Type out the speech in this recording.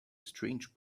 strange